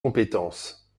compétence